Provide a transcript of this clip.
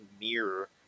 mirror